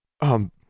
Um